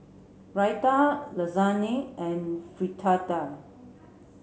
Raita Lasagne and Fritada